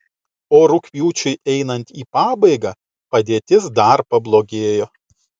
o rugpjūčiui einant į pabaigą padėtis dar pablogėjo